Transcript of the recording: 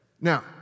Now